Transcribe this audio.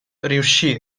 riuscì